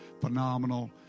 phenomenal